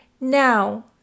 Now